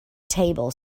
table